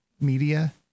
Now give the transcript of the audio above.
media